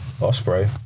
Osprey